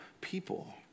people